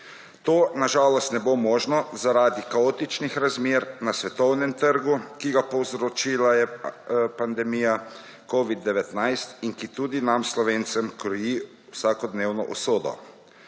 To na žalost ne bo možno, zaradi kaotičnih razmer na svetovnem trgu, ki ga je povzročila pandemija Covid-19 in ki tudi nam Slovencem kroji vsakodnevno usodo.